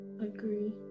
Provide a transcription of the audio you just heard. agree